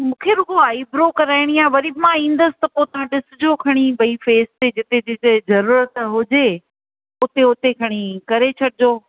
मूंखे रुॻो आईब्रो कराइणी आहे वरी बि मां ईंदसि त तव्हां ॾिसिजो खणी भई फ़ेस ते जिते जिते ज़रूरत हुजे उते उते खणी करे छॾिजो